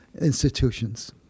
institutions